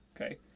Okay